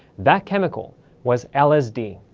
that chemical was lsd.